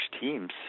teams